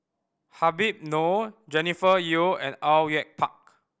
Habib Noh Jennifer Yeo and Au Yue Pak